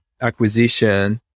acquisition